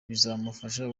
bizamufasha